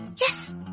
yes